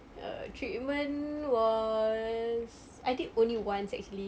err treatment was I did only once actually